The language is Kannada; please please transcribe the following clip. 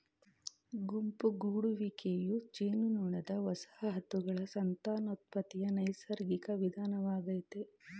ಗುಂಪು ಗೂಡುವಿಕೆಯು ಜೇನುನೊಣದ ವಸಾಹತುಗಳ ಸಂತಾನೋತ್ಪತ್ತಿಯ ನೈಸರ್ಗಿಕ ವಿಧಾನವಾಗಯ್ತೆ